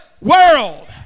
world